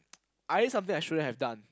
I did something I shouldn't have done